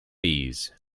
bees